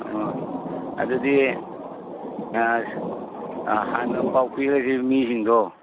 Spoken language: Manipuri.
ꯑꯥ ꯑꯗꯨꯗꯤ ꯑꯥ ꯑꯥ ꯍꯥꯟꯅ ꯄꯥꯎ ꯄꯤꯈ꯭ꯔꯁꯤ ꯃꯤꯁꯤꯡꯗꯣ